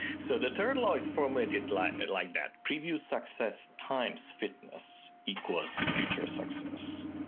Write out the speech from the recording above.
so the third law is formulated like like that. preview success times fitness equal so future success.